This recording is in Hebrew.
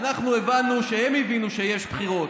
אנחנו הבנו שהם הבינו שיש בחירות,